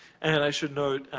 and i should note,